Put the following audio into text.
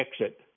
exit